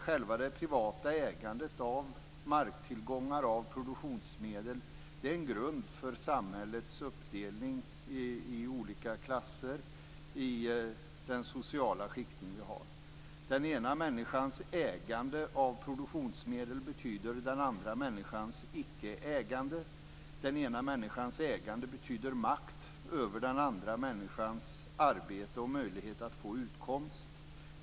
Själva det privata ägandet av marktillgångar och produktionsmedel utgör en grund för samhällets uppdelning i olika klasser enligt den sociala skiktning som vi har. Den ena människans ägande av produktionsmedel betyder den andra människans icke ägande. Den ena människans ägande betyder makt över den andra människans arbete och möjlighet att få utkomst.